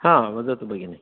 हा वदतु भगिनी